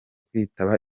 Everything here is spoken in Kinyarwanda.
kwitaba